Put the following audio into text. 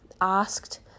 asked